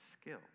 skill